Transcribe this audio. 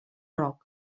rock